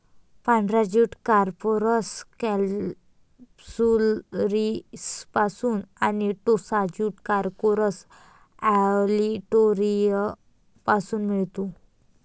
पांढरा jute Corchorus कॅप्सुलरिसपासून आणि टोसा ज्यूट कॉर्कोरस ऑलिटोरियसपासून मिळतो